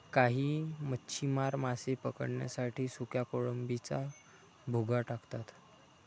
काही मच्छीमार मासे पकडण्यासाठी सुक्या कोळंबीचा भुगा टाकतात